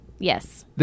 Yes